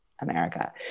america